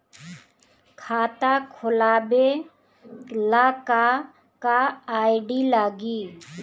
खाता खोलाबे ला का का आइडी लागी?